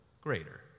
greater